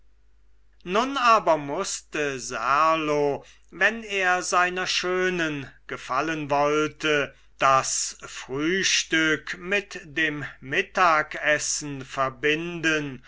nun aber mußte serlo wenn er seinen schönen gefallen wollte das frühstück mit dem mittagessen verbinden